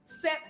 set